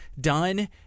done